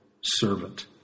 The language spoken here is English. servant